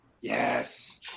Yes